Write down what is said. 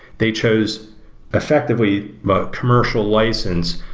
they chose effectively a commercial license,